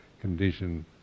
condition